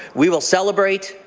we will celebrate,